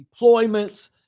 deployments